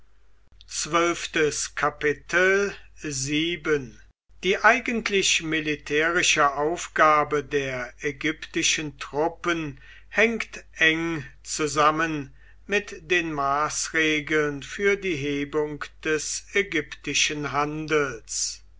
die eigentlich militärische aufgabe der ägyptischen truppen hängt eng zusammen mit den maßregeln für die hebung des ägyptischen handels